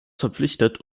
verpflichtet